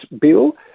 Bill